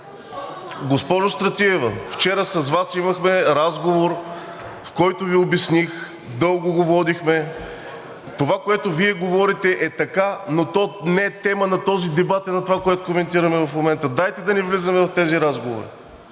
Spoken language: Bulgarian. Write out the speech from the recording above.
Госпожо Стратиева, вчера с Вас имахме разговор, в който Ви обясних, дълго го водихме. Това, което Вие говорите, е така, но то не е тема на този дебат и на това, което коментираме в момента. Дайте да не влизаме в тези разговори.